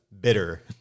bitter